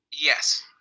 Yes